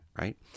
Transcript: right